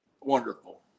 wonderful